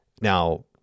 Now